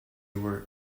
were